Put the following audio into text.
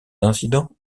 incident